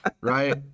right